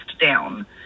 down